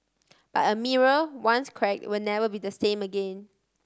but a mirror once crack will never be the same again